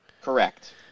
Correct